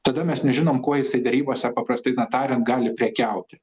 tada mes nežinom kuo jisai derybose paprastai na tariant gali prekiauti